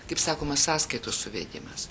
kaip sakoma sąskaitų suvedimas